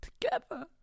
together